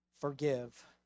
forgive